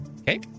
Okay